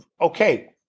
Okay